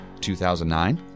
2009